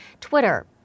Twitter